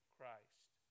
Christ